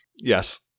Yes